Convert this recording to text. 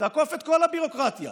תעקוף את כל הביורוקרטיה,